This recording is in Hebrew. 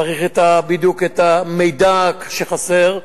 צריך בדיוק את המידע שחסר.